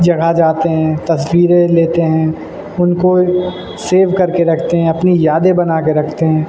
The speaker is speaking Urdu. جگہ جاتے ہیں تصویریں لیتے ہیں ان کو سیو کر کے رکھتے ہیں اپنی یادیں بنا کے رکھتے ہیں